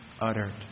uttered